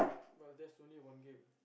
but there's only one game